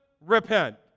repent